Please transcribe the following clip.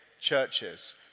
churches